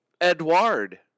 Edward